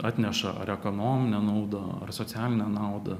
atneša ar ekonominę naudą ar socialinę naudą